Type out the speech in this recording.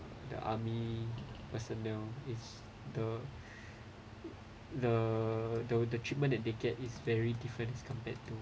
the army personnel is the the the the treatment that they get is very different as compared to